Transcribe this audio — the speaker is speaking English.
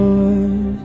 Lord